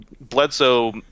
Bledsoe